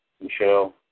Michelle